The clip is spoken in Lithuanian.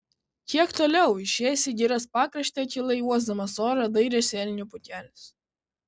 kiek toliau išėjęs į girios pakraštį akylai uosdamas orą dairėsi elnių pulkelis